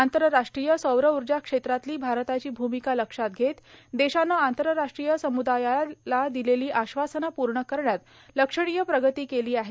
आंतरराष्ट्रीय सौरऊर्जा क्षेत्रातली भारताची भूमिका लक्षात घेत देशानं आंतरराष्ट्रीय समुदायाला दिलेली आश्वासनं पूर्ण करण्यात लक्षणीय प्रगती केली आहे